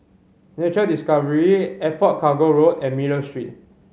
Nature Discovery Airport Cargo Road and Miller Street